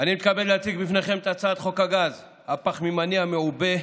אני מתכבד להציג בפניכם את הצעת חוק הגז הפחמימני המעובה,